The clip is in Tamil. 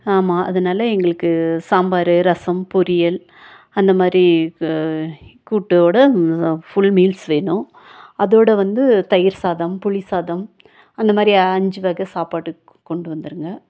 ஆமாம் அதனால் எங்களுக்கு சாம்பார் ரசம் பொரியல் அந்த மாதிரி க கூட்டோட ஃபுல் மீல்ஸ் வேணும் அதோடய வந்து தயிர் சாதம் புளி சாதம் அந்தமாதிரி அஞ்சு வகை சாப்பாடு கொண்டு வந்துடுங்க